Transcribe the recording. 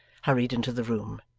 hurried into the room.